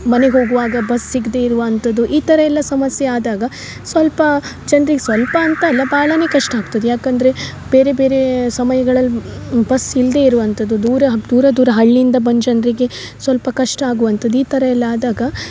ಮನೆಗೆ ಹೋಗುವಾಗ ಬಸ್ ಸಿಗದೇ ಇರುವಂಥದ್ದು ಈ ಥರ ಎಲ್ಲ ಸಮಸ್ಯೆ ಆದಾಗ ಸ್ವಲ್ಪ ಜನ್ರಿಗೆ ಸ್ವಲ್ಪ ಅಂತಲ್ಲ ಭಾಳಾನೆ ಕಷ್ಟ ಆಗ್ತದೆ ಯಾಕೆಂದರೆ ಬೇರೆ ಬೇರೆ ಸಮಯಗಳಲ್ಲಿ ಬಸ್ ಇಲ್ಲದೇ ಇರುವಂಥದ್ದು ದೂರ ಹಬ್ ದೂರ ದೂರ ಹಳ್ಳಿಯಿಂದ ಬಂದ ಜನರಿಗೆ ಸ್ವಲ್ಪ ಕಷ್ಟ ಆಗುವಂಥದ್ದು ಈ ಥರ ಎಲ್ಲ ಆದಾಗ